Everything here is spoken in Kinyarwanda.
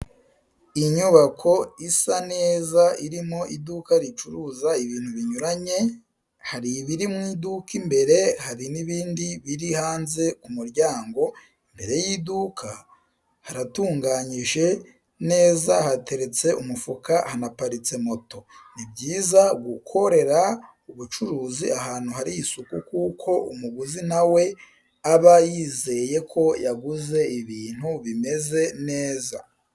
inyubako isa neza irimo iduka ricuruza ibintu binyuranye, hari ibiri mu iduka, imbere hari n'ibindi biri hanze ku muryango, imbere y'iduka haratunganyije neza hateretse umufuka hanaparitse moto. Ni byiza gukorera ubucuruzi ahantu hari isuku kuko umuguzi nawe aba yizeye ko yaguze ibintu bimeze neza.